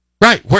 right